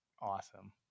Awesome